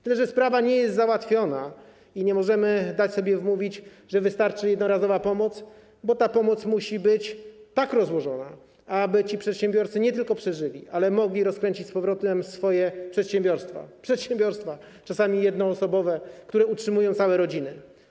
Tyle że sprawa nie jest załatwiona i nie możemy dać sobie wmówić, że wystarczy jednorazowa pomoc, bo pomoc musi być tak rozłożona, aby przedsiębiorcy nie tylko przeżyli, ale mogli rozkręcić z powrotem swoje przedsiębiorstwa, czasami jednoosobowe, które utrzymują całe rodziny.